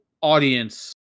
audience